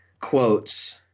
quotes